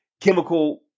chemical